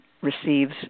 receives